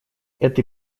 этой